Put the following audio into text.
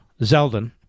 Zeldin